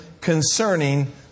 concerning